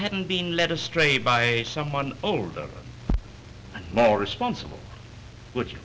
hadn't been led astray by someone older and more responsible which